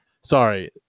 Sorry